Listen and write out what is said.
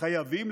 חייבים,